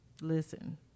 listen